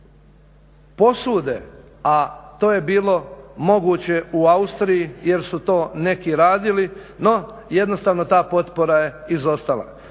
posude a to je bilo moguće u Austriji jer su to neki radili no jednostavno ta potpora je izostala.